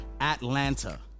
Atlanta